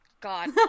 God